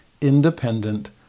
Independent